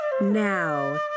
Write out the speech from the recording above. Now